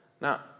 Now